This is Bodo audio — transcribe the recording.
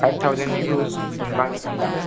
फाइब थाउजेन्डनिखौ मोनबा सानदां